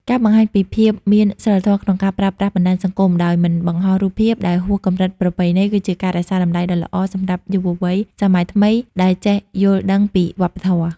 ការបង្ហាញពីភាព "មានសីលធម៌ក្នុងការប្រើប្រាស់បណ្ដាញសង្គម" ដោយមិនបង្ហោះរូបភាពដែលហួសកម្រិតប្រពៃណី គឺជាការរក្សាតម្លៃដ៏ល្អសម្រាប់យុវវ័យសម័យថ្មីដែលចេះយល់ដឹងពីវប្បធម៌។